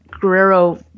Guerrero